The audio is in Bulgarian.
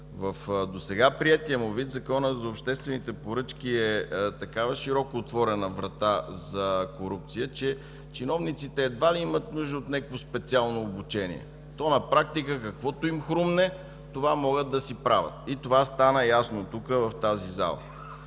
В досега приетият му вид Законът за обществените поръчки е такава широко отворена врата за корупция, че чиновниците едва ли имат нужда от някакво специално обучение. На практика каквото им хрумне, това могат да си правят. Това стана ясно тук, в тази зала.